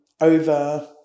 over